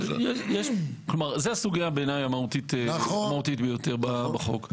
זו הסוגייה בעיניי המהותית ביותר בחוק.